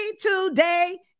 today